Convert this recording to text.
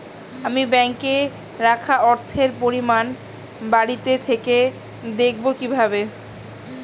আমি ব্যাঙ্কে রাখা অর্থের পরিমাণ বাড়িতে থেকে দেখব কীভাবে?